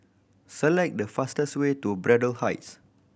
select the fastest way to Braddell Heights